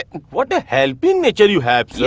what a helping nature you have, yeah